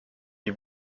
die